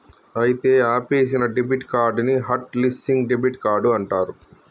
అయితే ఆపేసిన debit card ని హట్ లిస్సింగ్ డెబిట్ కార్డ్ అంటారు